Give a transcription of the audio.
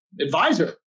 advisor